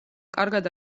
კარგად